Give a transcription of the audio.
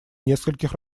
нескольких